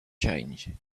change